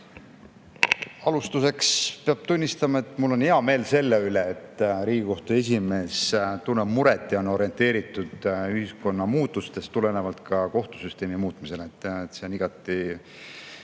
Alustuseks peab tunnistama, et mul on hea meel, et Riigikohtu esimees tunneb muret ja on orienteeritud ühiskonna muutustest tulenevalt ka kohtusüsteemi muutmisele. Seda on igati